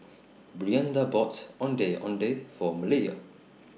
Brianda bought Ondeh Ondeh For Malaya